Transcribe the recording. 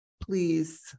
please